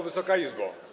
Wysoka Izbo!